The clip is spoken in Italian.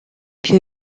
più